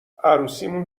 عروسیمون